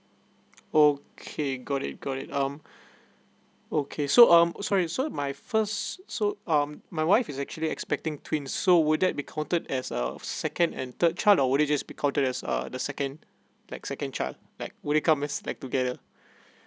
okay got it got it um okay so um sorry so my first so um my wife is actually expecting twin so would that be counted as a second and third child's or would it just counted as uh the second like second child like would it comes like together